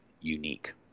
unique